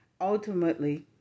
Ultimately